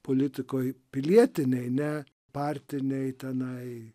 politikoj pilietinėj ne partinėj tenai